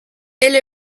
elle